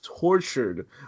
tortured